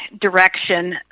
direction